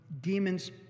demons